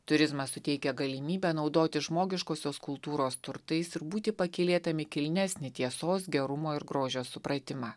turizmas suteikia galimybę naudotis žmogiškosios kultūros turtais ir būti pakylėtam į kilnesnį tiesos gerumo ir grožio supratimą